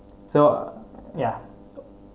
so ya